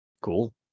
cool